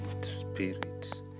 spirit